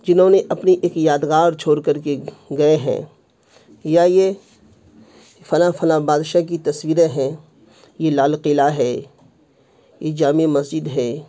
جنہوں نے اپنی ایک یادگار چھوڑ کر کے گئے ہیں یا یہ فلاں فلاں بادشاہ کی تصویریں ہیں یہ لال قلعہ ہے یہ جامع مسجد ہے